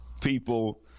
people